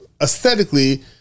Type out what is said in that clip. aesthetically